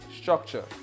structure